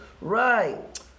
right